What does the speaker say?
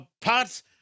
parts